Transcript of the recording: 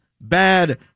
bad